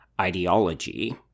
ideology